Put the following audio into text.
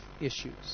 issues